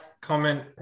comment